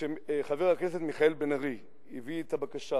כשחבר הכנסת מיכאל בן-ארי הביא את הבקשה